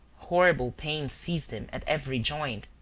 horrible pains seized him at every joint.